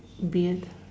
beard